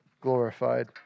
glorified